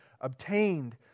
obtained